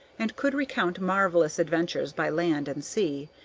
and could recount marvellous adventures by land and sea,